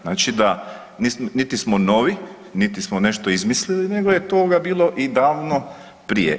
Znači da, niti smo novi niti smo nešto izmislili nego je toga bilo i davno prije.